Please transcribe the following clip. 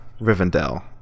Rivendell